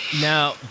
Now